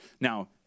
Now